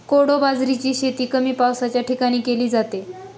कोडो बाजरीची शेती कमी पावसाच्या ठिकाणी केली जाते